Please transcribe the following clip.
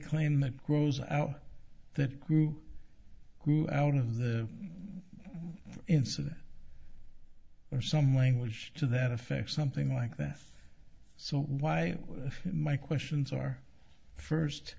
claim that grows out that grew grew out of the incident or some language to that effect something like this so why my questions are first